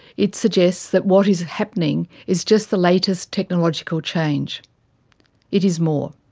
it suggests that what is happening is just the latest technological change it is more.